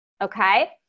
okay